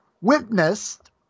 witnessed